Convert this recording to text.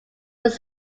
was